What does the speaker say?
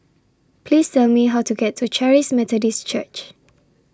Please Tell Me How to get to Charis Methodist Church